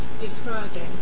describing